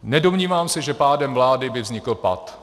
Nedomnívám se, že pádem vlády by vznikl pat.